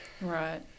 Right